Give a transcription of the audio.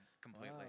completely